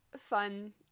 fun